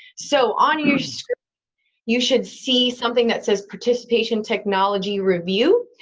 so on your screen you should see something that says, participation technology review.